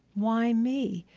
why me?